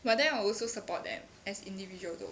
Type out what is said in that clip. but then I will also support them as individual though